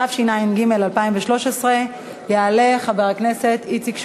התשע"ג 2013. יעלה חבר הכנסת איציק שמולי.